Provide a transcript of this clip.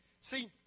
See